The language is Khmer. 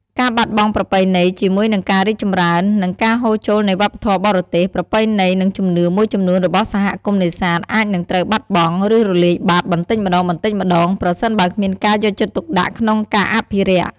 ការបាត់បង់ប្រពៃណី ជាមួយនឹងការរីកចម្រើន និងការហូរចូលនៃវប្បធម៌បរទេស ប្រពៃណី និងជំនឿមួយចំនួនរបស់សហគមន៍នេសាទអាចនឹងត្រូវ បាត់បង់ ឬរលាយបាត់ បន្តិចម្តងៗ ប្រសិនបើគ្មានការយកចិត្តទុកដាក់ក្នុងការអភិរក្ស។